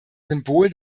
symbol